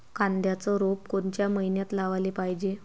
कांद्याचं रोप कोनच्या मइन्यात लावाले पायजे?